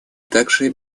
также